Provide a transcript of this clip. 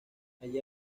allí